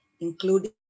including